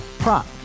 Prop